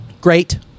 great